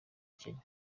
kenya